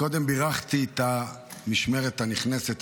קודם בירכתי את המשמרת הנכנסת,